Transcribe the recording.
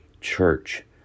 church